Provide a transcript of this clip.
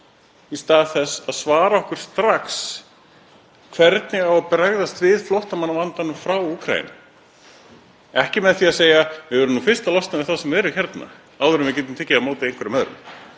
í stað þess að svara okkur strax: Hvernig á að bregðast við flóttamannavandanum frá Úkraínu? Ekki með því að segja: Við verðum nú fyrst að losa okkur við þá sem við erum með hérna áður en við getum tekið á móti einhverjum öðrum.